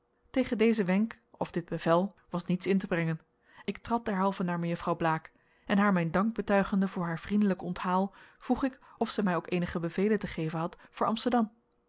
tegen dezen wenk of dit bevel was niets in te brengen ik trad derhalve naar mejuffrouw blaek en haar mijn dank betuigende voor haar vriendelijk onthaal vroeg ik of zij mij ook eenige bevelen te geven had voor amsterdam